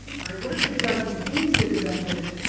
what if the judge detains the defendant,